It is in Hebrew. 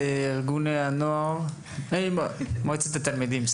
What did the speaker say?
מועצת התלמידים.